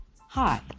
Hi